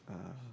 ah